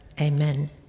amen